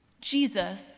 Jesus